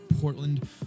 Portland